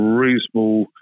reasonable –